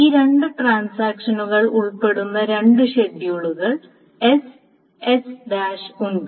ഈ രണ്ട് ട്രാൻസാക്ഷനുകൾ ഉൾപ്പെടുന്ന രണ്ട് ഷെഡ്യൂളുകൾ S S ഉണ്ട്